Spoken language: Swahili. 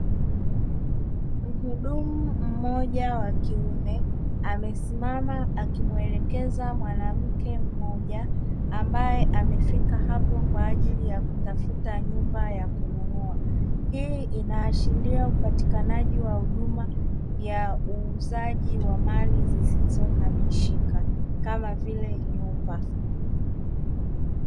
Muhudumu mmoja wa kiume, amesimama akimuelekeza mwanamke mmoja, ambaye amefika hapo kwa ajili ya kutafuta nyumba ya kununua. Hii inaashiria upatikanaji wa huduma ya uuzaji wa mali zisizohamishika kama vile nyumba.